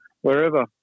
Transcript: wherever